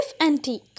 Antique